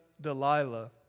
Delilah